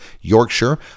Yorkshire